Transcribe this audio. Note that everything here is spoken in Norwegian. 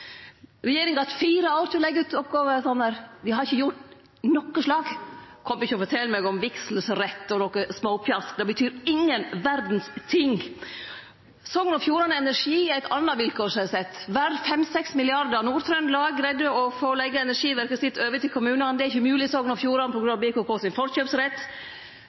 Regjeringa har hatt fire år til å leggje ut oppgåver. Ho har ikkje gjort noko slag. Kom ikkje og fortel meg om vigselsrett og noko småpjask. Det betyr ingen ting i det heile. Sogn og Fjordane Energi er eit anna vilkår som er sett, verdt 5–6 milliardar. Nord-Trøndelag greidde å få lagt energiverket sitt over til kommunane. Det er ikkje mogleg i Sogn og Fjordane på grunn av